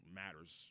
matters